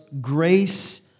grace